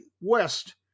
west